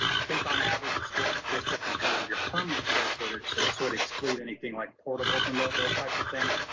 i think on average, a school district in terms of your permanent square footage, so this would exclude like portables and those those types of things.